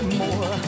more